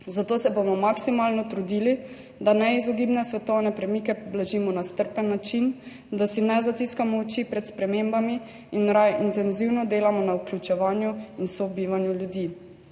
Zato se bomo maksimalno trudili, da neizogibne svetovne premike blažimo na strpen način, da si ne zatiskamo oči pred spremembami in raje intenzivno delamo na vključevanju in sobivanju ljudi.